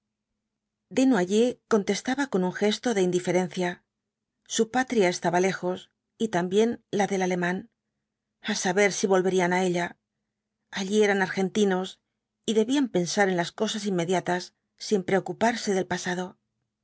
desnoyers contestaba con un gesto de indiferencia su patria estaba lejos y también la del alemán a saber si volverían á ella allí eran argentinos y debían pensar en las cosas inmediatas sin preocuparse del pasado